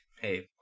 hey